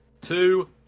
two